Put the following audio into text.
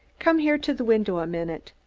come here to the window a minute.